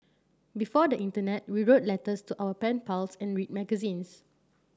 before the internet we wrote letters to our pen pals and read magazines